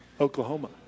Oklahoma